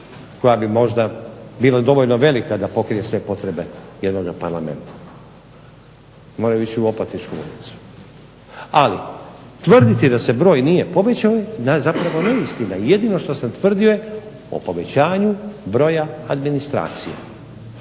koja bi bila dovoljno velika da pokrije sve potrebe jednog Parlamenta, moraju ići u Opatičku ulicu. Ali tvrditi da se broj nije povećao je zapravo neistina. Jedino što sam tvrdio je o povećanju broja administracije.